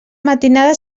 matinada